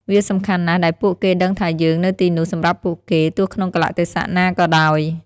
វាសំខាន់ណាស់ដែលពួកគេដឹងថាយើងនៅទីនោះសម្រាប់ពួកគេ ទោះក្នុងកាលៈទេសៈណាក៏ដោយ។